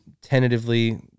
tentatively